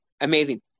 Amazing